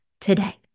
today